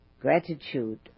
gratitude